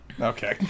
Okay